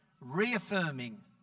reaffirming